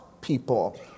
people